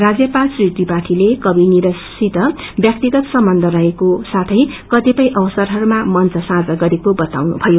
राज्यपाल श्री त्रिपाठीले कवि नीरजसित व्याक्तिगत सम्बन्ध रहेको साथै कतिपय अवसरहरूमा मंच साझा गरेको बताउनुभयो